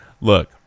Look